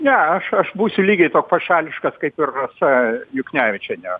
ne aš aš būsiu lygiai toks pat šališkas kaip ir rasa juknevičienė